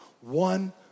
one